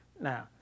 Now